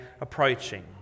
approaching